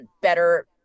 better